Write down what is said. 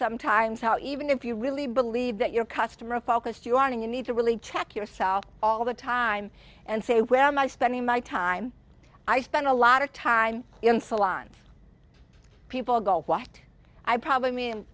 sometimes how even if you really believe that your customer focused you on and you need to really check yourself all the time and say where am i spending my time i spend a lot of time in salons people go what i probably me an